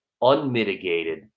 unmitigated